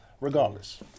regardless